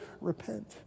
repent